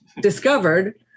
discovered